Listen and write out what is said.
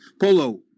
Polo